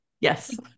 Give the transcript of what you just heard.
Yes